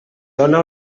dóna